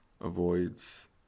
avoids